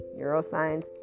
neuroscience